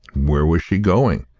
where was she going,